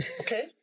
okay